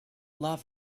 love